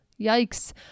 yikes